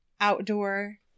outdoor